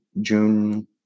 June